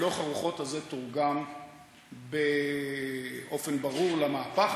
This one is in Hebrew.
הלך הרוחות הזה תורגם באופן ברור למהפך